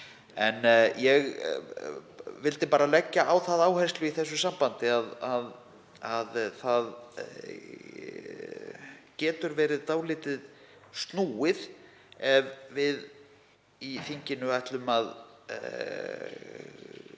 Ég vildi bara leggja á það áherslu í þessu sambandi að það getur verið dálítið snúið ef við í þinginu ætlum að